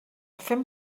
fem